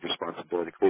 responsibility